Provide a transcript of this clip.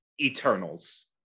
eternals